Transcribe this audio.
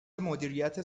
مدیریت